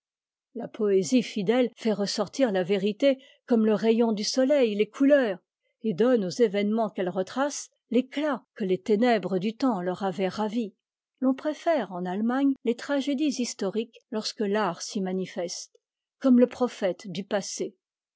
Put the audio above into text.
la poésie fidèle fait ressortir la vérité comme le rayon du soleil les couleurs et donne aux événements qu'elle retrace l'éclat que les ténèbres du temps leur avaient ravi l'on préfère en allemagne les tragédies historiques lorsque fart s'y manifeste comme le propae e m passë